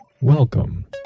Welcome